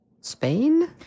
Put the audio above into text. Spain